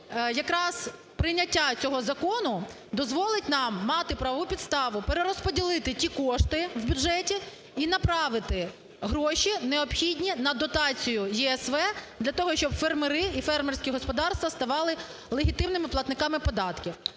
якраз прийняття цього закону дозволить нам мати правову підставу перерозподілити ті кошти в бюджеті і направити гроші, необхідні на дотацію ЄСВ для того, щоб фермери і фермерські господарства ставали легітимними платниками податків.